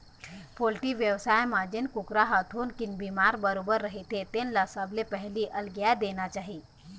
poultry बेवसाय म जेन कुकरा ह थोकिन बिमार बरोबर रहिथे तेन ल सबले पहिली अलगिया देना चाही